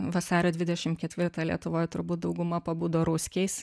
vasario dvidešim ketvirtą lietuvoj turbūt dauguma pabudo ruskiais